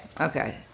Okay